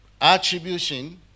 attribution